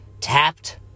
tapped